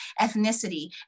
ethnicity